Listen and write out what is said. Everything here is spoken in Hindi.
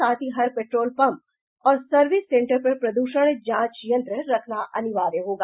साथ ही हर पेट्रोल पम्प और सर्विस सेंटर पर प्रद्षण जांच यंत्र रखना अनिवार्य होगा